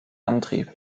antrieb